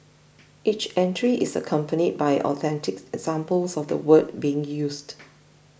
each entry is accompanied by authentic examples of the word being used